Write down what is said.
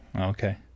Okay